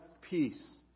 peace